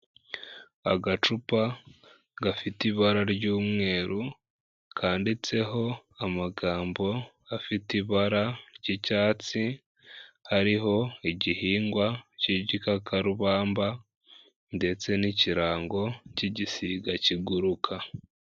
Agacupa gafite ibara ry'umweru kanditseho amagambo afite ibara ry'icyatsi, hariho igihingwa cy'igikakarubamba ndetse n'ikirango cy'igisiga kiguruka.